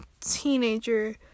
teenager